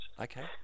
Okay